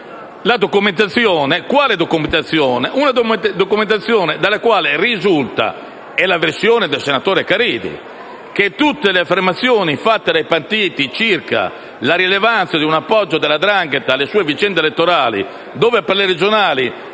dalla Giunta e ha illustrato la documentazione. Da essa risulta (è la versione del senatore Caridi) che tutte le affermazioni fatte dai partiti circa la rilevanza di un appoggio della 'ndrangheta nelle sue vicende elettorali (dove, per le regionali,